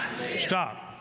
Stop